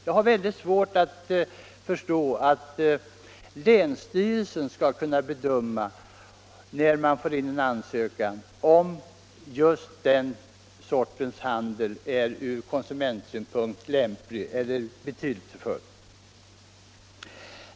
Jag har väldigt svårt att förstå att länsstyrelsen, när den får in en ansökan, skall kunna bedöma om just den sortens handel är från konsumentsynpunkt lämplig eller betydelsefull.